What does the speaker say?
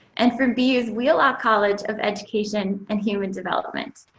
and from abuse wheelock college of education and human development.